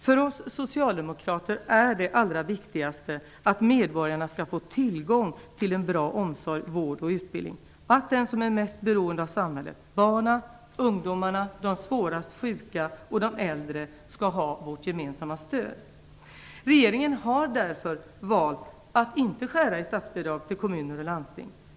För oss socialdemokrater är det allra viktigaste att medborgarna skall få tillgång till bra omsorg, vård och utbildning och att de som är mest beroende av samhället - barnen, ungdomarna, de svårast sjuka och de äldre - skall ha vårt gemensamma stöd. Regeringen har därför valt att inte skära i statsbidragen till kommuner och landsting.